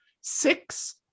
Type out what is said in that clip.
six